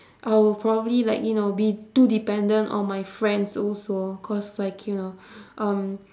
I will probably like you know be too dependent on my friends also cause like you know um